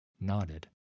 nodded